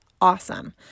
awesome